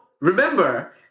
remember